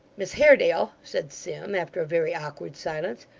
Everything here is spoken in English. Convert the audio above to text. miss haredale said sim, after a very awkward silence,